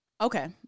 Okay